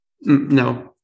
No